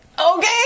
okay